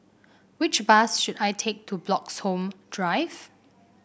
which bus should I take to Bloxhome Drive